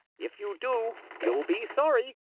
if you do, you'll be sorry!